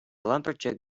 lumberjack